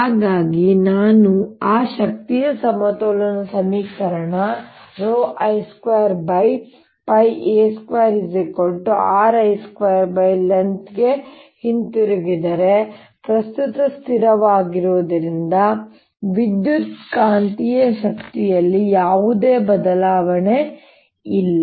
ಹಾಗಾಗಿ ನಾನು ಆ ಶಕ್ತಿಯ ಸಮತೋಲನ ಸಮೀಕರಣ I2a2RI2length ಗೆ ಹಿಂತಿರುಗಿದರೆ ಪ್ರಸ್ತುತ ಸ್ಥಿರವಾಗಿರುವುದರಿಂದ ವಿದ್ಯುತ್ಕಾಂತೀಯ ಶಕ್ತಿಯಲ್ಲಿ ಯಾವುದೇ ಬದಲಾವಣೆಯಿಲ್ಲ